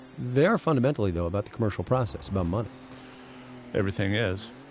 they're fundamentally, though, about the commercial process, about money everything is